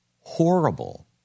horrible